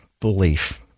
belief